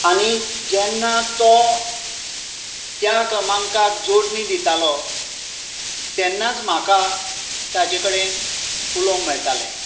आनी जेन्ना तो त्या क्रमांकाक जोडणी दितालो तेन्नाच म्हाका ताजे कडेन उलोवंक मेळटालें